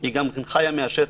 היא גם חיה מהשטח.